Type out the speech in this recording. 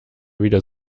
wieder